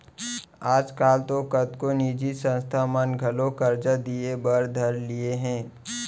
आज काल तो कतको निजी संस्था मन घलौ करजा दिये बर धर लिये हें